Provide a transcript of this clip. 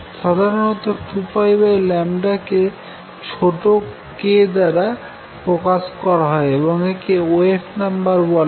সাধারনত 2πλকে ছোটো k দ্বারা প্রকাশ করা হয় এবং একে ওয়েভ নাম্বার বলা হয়